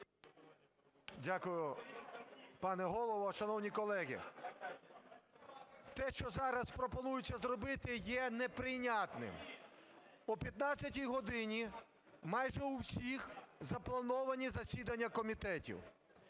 Дякую, пане Голово. Шановні колеги, те, що зараз пропонується зробити, є неприйнятним. О 15 годині майже у всіх заплановані засідання комітетів.